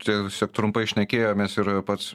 tiesiog trumpai šnekėjomės ir pats